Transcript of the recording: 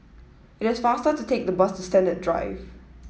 it is faster to take the bus to Sennett Drive